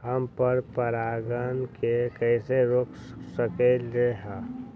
हम पर परागण के कैसे रोक सकली ह?